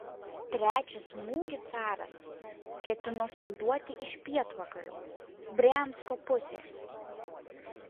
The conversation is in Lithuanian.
trečią smūgį caras ketino suduoti iš pietvakarių briansko pusės